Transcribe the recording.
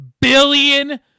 billion